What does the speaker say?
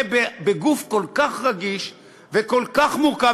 ועוד בגוף כל כך רגיש וכל כך מורכב